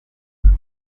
undi